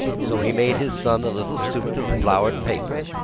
so he made his son a little suit of flowered paper,